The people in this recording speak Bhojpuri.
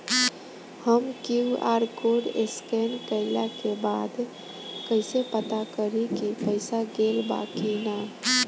हम क्यू.आर कोड स्कैन कइला के बाद कइसे पता करि की पईसा गेल बा की न?